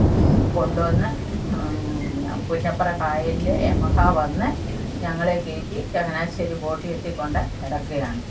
കൊണ്ടുവന്ന് പുന്നപ്ര കായലിൽ യമഹ വന്നു ഞങ്ങളെ കയറ്റി ചങ്ങനാശ്ശേരി ബോട്ട് ജെട്ടിയിൽ കൊണ്ടു ഇറക്കുകയാണ്